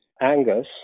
Angus